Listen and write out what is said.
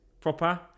proper